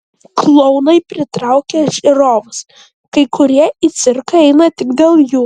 klounai pritraukia žiūrovus kai kurie į cirką eina tik dėl jų